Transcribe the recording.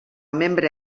membre